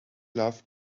love